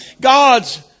God's